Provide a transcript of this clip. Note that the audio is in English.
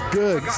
good